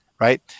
right